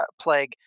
plague